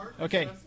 Okay